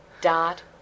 dot